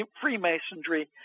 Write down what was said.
Freemasonry